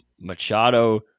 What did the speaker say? Machado